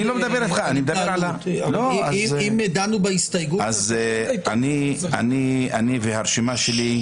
אני לא מדבר איתך על --- אם דנו בהסתייגות --- אז אני והרשימה שלי,